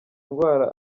ndwara